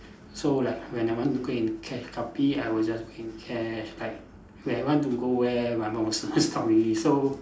so like when I want to go and catch guppy I will just go and catch like when I want to go where my mum also won't stop me so